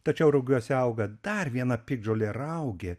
tačiau rugiuose auga dar viena piktžolė raugė